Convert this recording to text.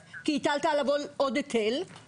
ובמקרה שהחברה המבצעת תחרוג גם מההוראות המקלות שניתנו לה,